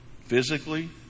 physically